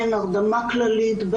בסדר.